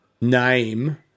name